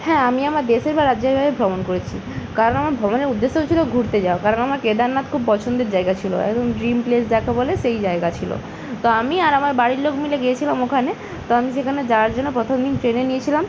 হ্যাঁ আমি আমার দেশের বা রাজ্যের বাইরে ভ্রমণ করেছি কারণ আমার ভ্রমণের উদ্দেশ্য ছিলো ঘুরতে যাওয়া কারণ আমার কেদারনাথ খুব পছন্দের জায়গা ছিলো একদম ড্রিম প্লেস যাকে বলে সেই জায়গা ছিলো তা আমি আর আমার বাড়ির লোক মিলে গিয়েছিলাম ওখানে তো আমি সেখানে যাওয়ার জন্য প্রথম দিন ট্রেনে গিয়েছিলাম